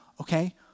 okay